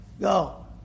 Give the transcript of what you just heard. Go